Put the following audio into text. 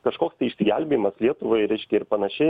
kažkoks tai išsigelbėjimas lietuvai reiškia ir panašiai